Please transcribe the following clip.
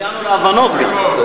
הצעתי לך לדבר ללא הגבלת זמן,